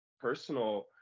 personal